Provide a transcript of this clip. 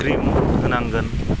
cream होनांगोन